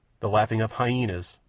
the laughing of hyenas,